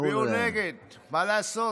הצביעו נגד, מה לעשות?